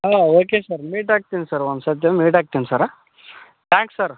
ಹ್ಞೂ okay sir ಮೀಟಾಗ್ತೀನಿ sir ಒಂದು ಸರ್ತಿ ಮೀಟಾಗ್ತೀನಿ ಸರ್ರ ತ್ಯಾಂಕ್ಸ್ ಸರ್